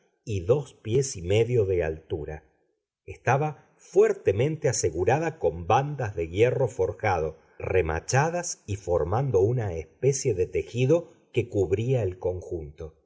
y dos pies y medio de altura estaba fuertemente asegurada con bandas de hierro forjado remachadas y formando una especie de tejido que cubría el conjunto